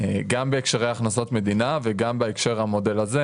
גם בהקשרי הכנסות מדינה וגם בהקשר של המודל הזה,